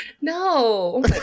No